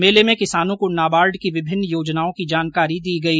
मेले में किसानों को नाबार्ड की विभिन्न योजनाओं की जानकारी दी गई